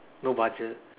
no budget